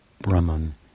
Brahman